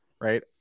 right